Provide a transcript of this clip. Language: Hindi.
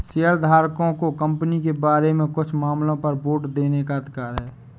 शेयरधारकों को कंपनी के बारे में कुछ मामलों पर वोट देने का अधिकार है